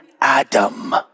Adam